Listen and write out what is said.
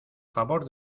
favor